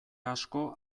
asko